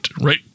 right